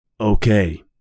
Okay